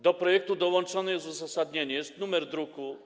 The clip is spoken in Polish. Do projektu dołączone jest uzasadnienie, jest numer druku.